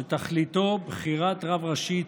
שתכליתו בחירת רב ראשי ציוני.